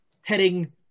heading